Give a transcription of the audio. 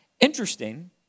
Interesting